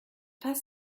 pas